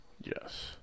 Yes